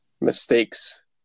mistakes